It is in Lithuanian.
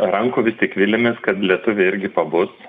rankų vis tik viliamės kad lietuviai irgi pabus